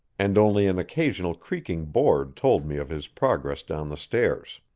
and only an occasional creaking board told me of his progress down the stairs.